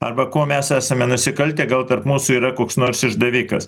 arba kuo mes esame nusikaltę gal tarp mūsų yra koks nors išdavikas